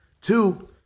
Two